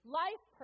life